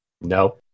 No